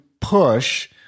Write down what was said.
push